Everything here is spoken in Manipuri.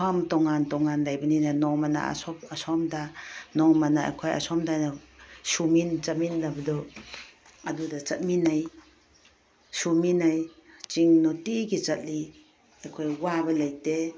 ꯃꯐꯝ ꯇꯣꯉꯥꯟ ꯇꯣꯉꯥꯟ ꯂꯩꯕꯅꯤꯅ ꯅꯣꯡꯃꯅ ꯑꯁꯣꯝꯗ ꯅꯣꯡꯃꯅ ꯑꯩꯈꯣꯏ ꯑꯁꯣꯝꯗ ꯁꯨꯃꯤꯟ ꯆꯠꯃꯤꯟꯅꯕꯗꯣ ꯑꯗꯨꯗ ꯆꯠꯃꯤꯟꯅꯩ ꯁꯨꯃꯤꯟꯅꯩ ꯆꯤꯡ ꯅꯨꯡꯇꯤꯒꯤ ꯆꯠꯂꯤ ꯑꯩꯈꯣꯏ ꯋꯥꯕ ꯂꯩꯇꯦ